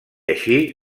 així